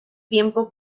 tiempo